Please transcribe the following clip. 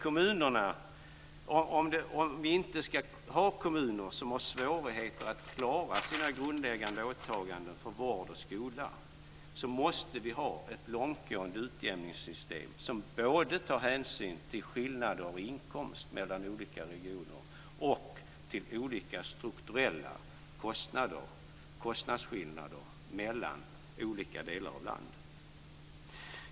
Om vi inte ska ha kommuner som har svårigheter att klara sina grundläggande åtaganden för vård och skola måste vi ha ett långtgående utjämningssystem som tar hänsyn både till skillnader i inkomst mellan olika regioner och till olika strukturella kostnadsskillnader mellan olika delar av landet.